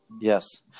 Yes